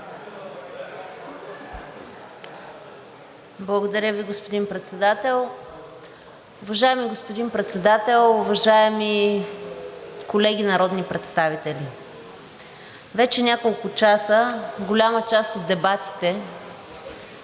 Благодаря Ви, господин Председател. Уважаеми господин Председател, уважаеми колеги народни представители! Вече няколко часа голяма част от дебатите